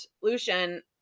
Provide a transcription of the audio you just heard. Lucian